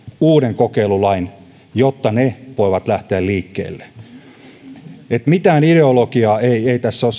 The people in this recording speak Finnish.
uuden kokeilulain jotta ne voivat lähteä liikkeelle mitään sen kummempaa ideologiaa ei ei tässä ole